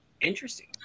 Interesting